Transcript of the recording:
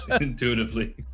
intuitively